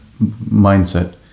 mindset